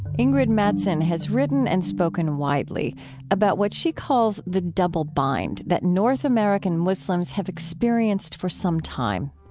ingrid mattson has written and spoken widely about what she calls the double bind that north american muslims have experienced for some time.